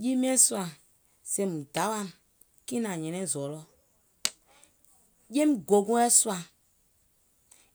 Jii miɛ̀ŋ sùà, sèèùm dawa, kiìŋ nàŋ nyɛnɛŋ zɔlɔ̀? Jeim gòngoɛ̀ sùà,